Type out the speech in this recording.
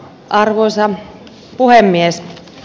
arvoisa puhemies